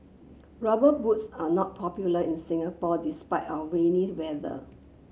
rubber boots are not popular in Singapore despite our rainy weather